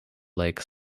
lake